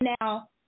Now